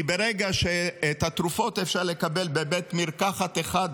כי ברגע שאת התרופות אפשר לקבל בבית מרקחת אחד,